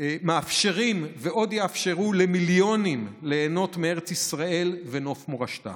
מאפשרת ועוד תאפשר למיליונים ליהנות מארץ ישראל ונוף מורשתה.